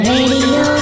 Radio